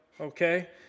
Okay